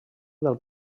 del